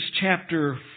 chapter